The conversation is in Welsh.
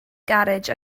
garej